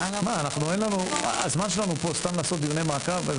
הזמן שלנו פה הוא סתם לעשות דיוני מעקב?